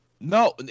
No